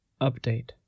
update